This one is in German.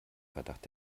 verdacht